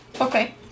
Okay